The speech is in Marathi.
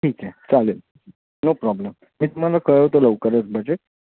ठीक आहे चालेल नो प्रॉब्लम मी तुम्हाला कळवतो लवकरच बजेट